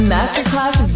Masterclass